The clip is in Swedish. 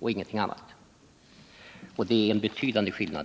och ingenting annat! Det är en betydande skillnad.